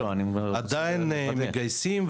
תודה רבה.